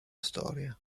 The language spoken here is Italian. storia